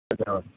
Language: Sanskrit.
धन्यवादः